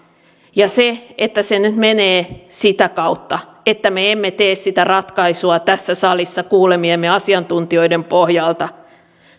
ja se että tämä nyt menee sitä kautta että me emme tee sitä ratkaisua tässä salissa kuulemiemme asiantuntijoiden pohjalta